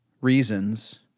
reasons